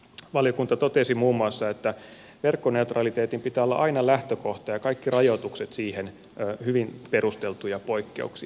valiokunta totesi muun muassa että verkkoneutraliteetin pitää olla aina lähtökohta ja kaikkien rajoitusten siihen hyvin perusteltuja poikkeuksia